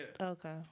Okay